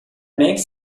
makes